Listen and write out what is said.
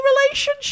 relationship